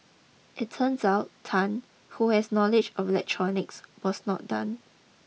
it turns out Tan who has knowledge of electronics was not done